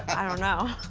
i don't know.